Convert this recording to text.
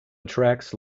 attracts